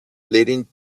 leading